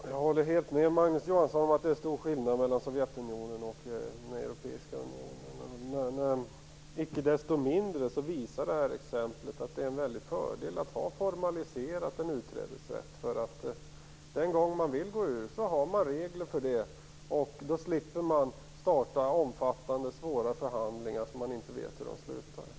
Fru talman! Jag håller med Magnus Johansson om att det är stor skillnad mellan Sovjetunionen och Europeiska unionen. Icke desto mindre visar exemplet att det är en fördel att ha formaliserat en utträdesrätt. Den gång man vill gå ur finns det regler för det. Då slipper man starta omfattande, svåra förhandlingar som man inte vet hur de slutar.